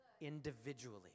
Individually